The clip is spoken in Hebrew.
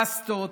פסטות,